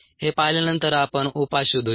हे पाहिल्यानंतर आपण उपाय शोधूया